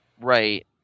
Right